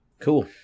Cool